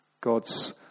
God's